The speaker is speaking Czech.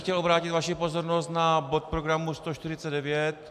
Chtěl bych obrátit vaši pozornost na bod programu 149.